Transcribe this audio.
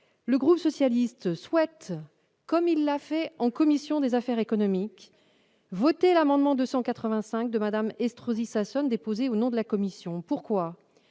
Le groupe socialiste, comme il l'a fait en commission des affaires économiques, votera l'amendement n° II-285 de Mme Estrosi Sassone déposé au nom de la commission. Il s'agit